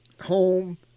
home